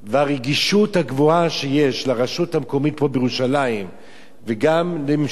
והרגישות הגבוהה שיש לרשות המקומית פה בירושלים וגם לממשלת